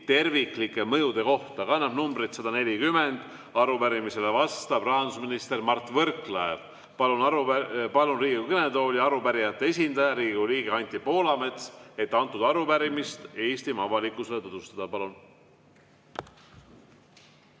terviklike mõjude kohta ja kannab numbrit 140. Arupärimisele vastab rahandusminister Mart Võrklaev. Palun Riigikogu kõnetooli arupärijate esindaja, Riigikogu liikme Anti Poolametsa, et arupärimist Eestimaa avalikkusele tutvustada. Palun!